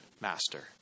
master